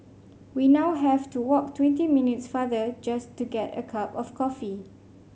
we now have to walk twenty minutes farther just to get a cup of coffee